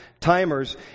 timers